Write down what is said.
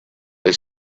they